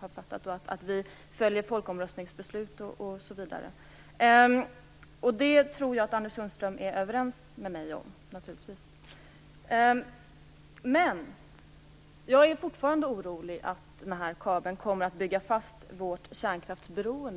och att vi följer folkomröstningsbeslut osv. Det tror jag naturligtvis att Anders Sundström är överens med mig om. Men jag är fortfarande orolig för att den här kabeln kommer att bygga fast vårt kärnkraftsberoende.